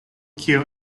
kio